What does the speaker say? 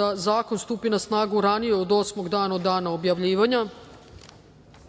da zakon stupi na snagu ranije od osmog dana od dana objavljivanja,